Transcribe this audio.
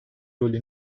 rolü